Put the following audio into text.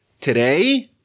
Today